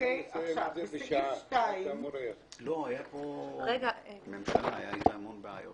בסעיף ההגדרות אני חושבת שאת ההגדרה